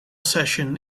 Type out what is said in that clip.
session